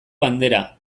bandera